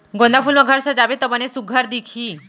गोंदा फूल म घर सजाबे त बने सुग्घर दिखही